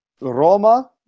Roma